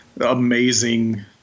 amazing –